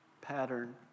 pattern